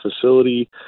facility